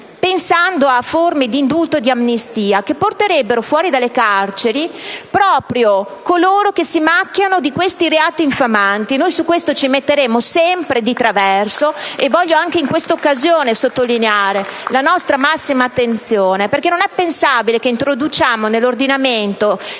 pensando a forme di indulto e di amnistia che porterebbero fuori dalle carceri proprio coloro che si macchiano di questi reati infamanti. *(Applausi dai Gruppi LN-Aut, PdL e M5S)*. E voglio anche in questa occasione sottolineare la nostra massima attenzione. Non è infatti pensabile che introduciamo nell'ordinamento